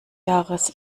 jahres